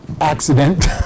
accident